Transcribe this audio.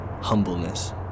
humbleness